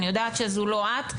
אני יודעת שזו לא את,